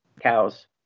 Cows